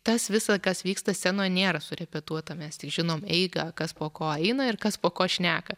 tas visa kas vyksta scenoj nėra surepetuota mes tik žinom eigą kas po ko eina ir kas po ko šneka